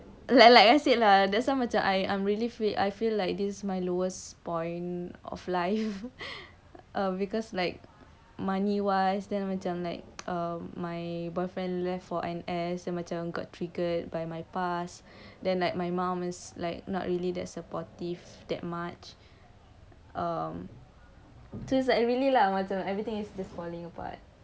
like like I said lah that's why macam I I'm really free feel like this is my lowest point of life um because like money wise then macam like um my boyfriend left for N_S rasa macam got triggered by my past then like my mom is like not really that supportive that much so it's like really lah what's the everything is just falling apart